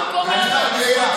הורידו.